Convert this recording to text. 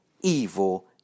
evil